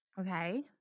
Okay